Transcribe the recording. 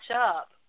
up